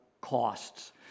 costs